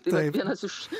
tai vat vienas iš